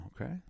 Okay